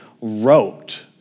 wrote